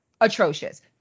atrocious